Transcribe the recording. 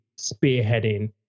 spearheading